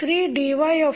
d2ydt23dytdt2ytrt